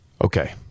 Okay